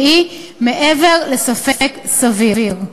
שהיא "מעבר לספק סביר".